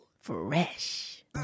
Fresh